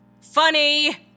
Funny